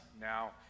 now